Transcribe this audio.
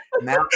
Now